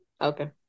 Okay